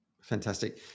Fantastic